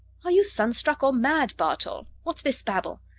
are you sunstruck or mad, bartol? what's this babble?